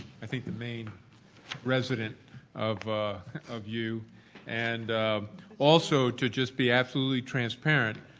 i think the main resident of of u. and also to just be absolutely transparent